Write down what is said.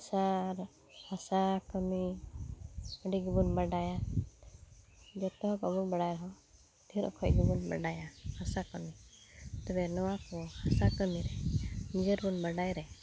ᱦᱟᱥᱟᱨᱮ ᱦᱟᱥᱟ ᱠᱟᱹᱢᱤ ᱟᱹᱰᱤ ᱜᱮᱵᱚᱱ ᱵᱟᱰᱟᱭᱟ ᱡᱚᱛᱚ ᱵᱟᱵᱚᱱ ᱵᱟᱲᱟᱭ ᱨᱮᱦᱚᱸ ᱰᱷᱮᱨᱚᱠᱚᱡ ᱜᱮᱵᱚᱱ ᱵᱟᱰᱟᱭᱟ ᱦᱟᱥᱟ ᱠᱟᱹᱢᱤ ᱛᱚᱵᱮ ᱱᱚᱣᱟᱠᱚ ᱦᱟᱥᱟ ᱠᱟᱹᱢᱤ ᱵᱟᱰᱟᱭᱨᱮ